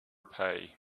pay